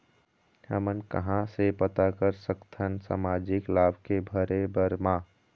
हमन कहां से पता कर सकथन सामाजिक लाभ के भरे बर मा?